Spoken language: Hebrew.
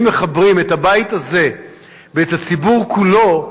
שמחברים את הבית הזה ואת הציבור כולו,